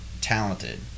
talented